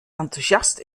enthousiast